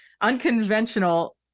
unconventional